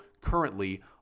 currently